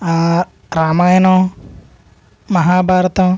Ramayanam Mahabharatam